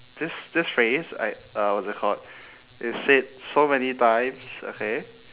this this phrase I uh what is it called is said so many times okay